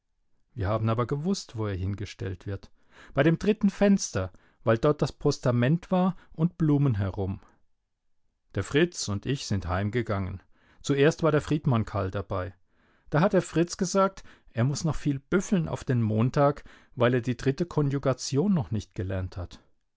wir haben aber gewußt wo er hingestellt wird bei dem dritten fenster weil dort das postament war und blumen herum der fritz und ich sind heimgegangen zuerst war der friedmann karl dabei da hat der fritz gesagt er muß noch viel büffeln auf den montag weil er die dritte konjugation noch nicht gelernt hat